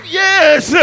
yes